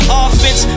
offense